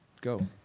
Go